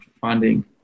funding